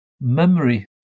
memory